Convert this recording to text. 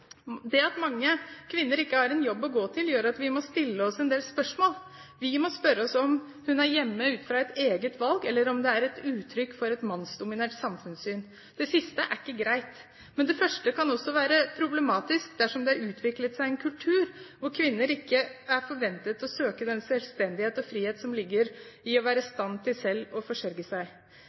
Det at mange kvinner ikke har en jobb å gå til, gjør at vi må stille oss en del spørsmål. Vi må spørre oss om hun er hjemme ut fra et eget valg, eller om det er et uttrykk for et mannsdominert samfunnssyn. Det siste er ikke greit, men det første kan også være problematisk dersom det har utviklet seg en kultur hvor kvinner ikke er forventet å søke den selvstendighet og frihet som ligger i å være i stand til å forsørge seg